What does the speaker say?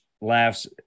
laughs